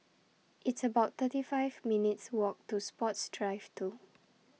It's about thirty five minutes' Walk to Sports Drive two